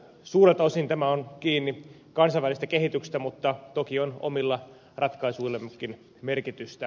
suurelta osin tämä on kiinni kansainvälisestä kehityksestä mutta toki on omilla ratkaisuillammekin merkitystä